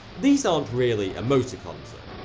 these aren't really emoticons though.